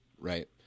Right